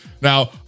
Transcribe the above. now